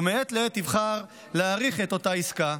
ומעת לעת יבחר להאריך את אותה עסקה,